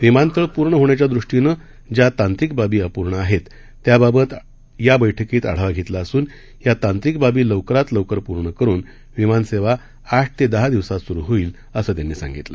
विमानतळ पूर्ण होण्याच्या दृष्टीनं ज्या तांत्रिक बाबी अपूर्ण आहेत त्याबाबत या बैठकीत आढावा घेतला असून या तांत्रिक बाबी लवकरात लवकर पूर्ण करून विमानसेवा आठ ते दहा दिवसात सुरु होईल असं त्यांनी सांगितलं